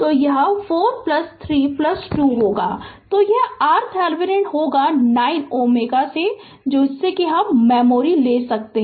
तो यह 432 होगा तो यह RThevenin होगा 9 Ω से मेमोरी कर सकते हैं